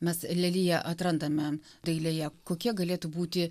mes leliją atrandame dailėje kokie galėtų būti